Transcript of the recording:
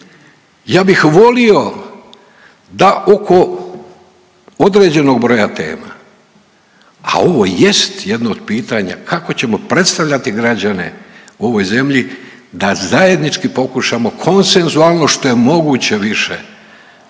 Ja bih volio da oko određenih broja tema, a ovo jest jedno od pitanja kako ćemo predstavljati građane u ovoj zemlji da zajednički pokušamo konsensualno što je moguće više